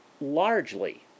largely